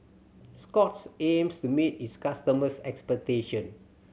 Scott's aims to meet its customers' expectation